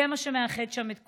זה מה שמאחד שם את כולם.